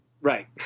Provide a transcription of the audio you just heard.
Right